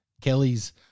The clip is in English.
Kelly's